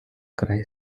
край